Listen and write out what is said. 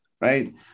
right